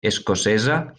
escocesa